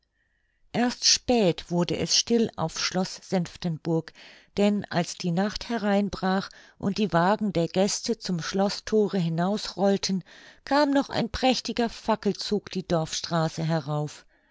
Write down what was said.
erst spät wurde es still auf schloß senftenburg denn als die nacht herein brach und die wagen der gäste zum schloßthore hinaus rollten kam noch ein prächtiger fackelzug die dorfstraße herauf